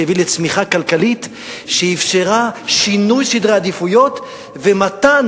שהביא לצמיחה כלכלית שאפשרה שינוי סדרי עדיפויות ומתן